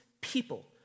people